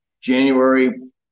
january